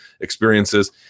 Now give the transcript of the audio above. experiences